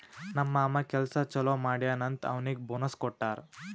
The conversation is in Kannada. ನಮ್ ಮಾಮಾ ಕೆಲ್ಸಾ ಛಲೋ ಮಾಡ್ಯಾನ್ ಅಂತ್ ಅವ್ನಿಗ್ ಬೋನಸ್ ಕೊಟ್ಟಾರ್